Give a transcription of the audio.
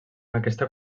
aquesta